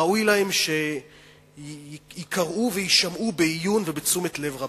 ראוי להם שייקראו ויישמעו בעיון ובתשומת לב רבה.